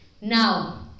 Now